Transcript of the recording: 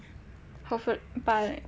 hopefu~ but like